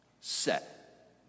set